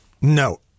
No